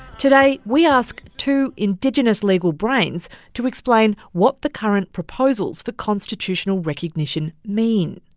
today, we ask two indigenous legal brains to explain what the current proposals for constitutional recognition mean.